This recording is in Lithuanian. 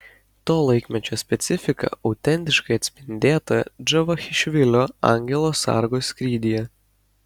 to laikmečio specifika autentiškai atspindėta džavachišvilio angelo sargo skrydyje